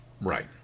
Right